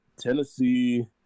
Tennessee